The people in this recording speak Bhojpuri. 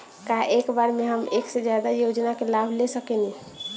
का एक बार में हम एक से ज्यादा योजना का लाभ ले सकेनी?